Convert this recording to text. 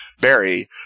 Barry